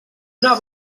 una